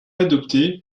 adoptée